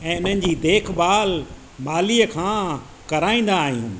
ऐं हिननि जी देखभालु मालीअ खां कराईंदा आहियूं